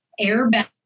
airbag